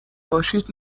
باشید